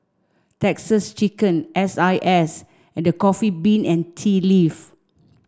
Texas Chicken S I S and The Coffee Bean and Tea Leaf